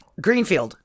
Greenfield